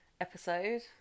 episode